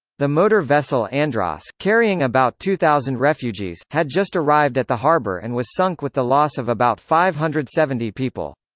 the motor vessel andros, carrying about two thousand refugees, had just arrived at the harbour and was sunk with the loss of about five hundred and seventy people.